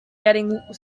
getting